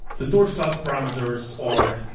the storageclass parameters are